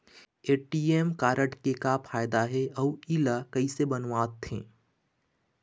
ATM card के का फायदा हे अऊ इला कैसे बनवाथे?